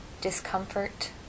discomfort